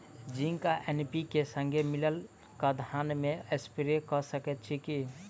Zinc आ NPK, संगे मिलल कऽ धान मे स्प्रे कऽ सकैत छी की?